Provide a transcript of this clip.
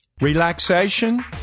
relaxation